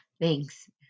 thanks